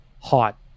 hot